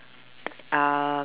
uh